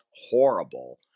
horrible